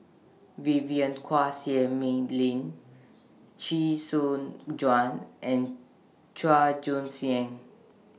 Vivien Quahe Seah Mei Lin Chee Soon Juan and Chua Joon Siang